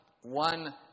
One